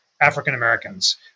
African-Americans